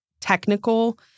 technical